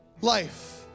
life